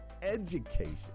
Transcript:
education